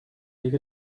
take